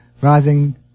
rising